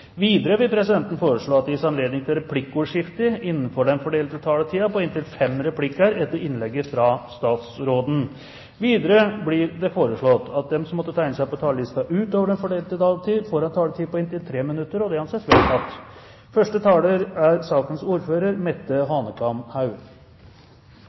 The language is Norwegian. Videre vil presidenten foreslå at det gis anledning til replikkordskifte på inntil fem replikker etter innlegget fra statsråden innenfor den fordelte taletiden. Videre blir det foreslått at de som måtte tegne seg på talerlisten utover den fordelte taletid, får en taletid på inntil 3 minutter. – Det anses vedtatt. Først ønsker jeg å takke forslagsstillerne for å ha